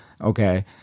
okay